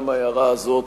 גם ההערה הזו,